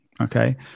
okay